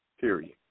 period